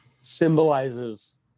symbolizes